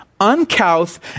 uncouth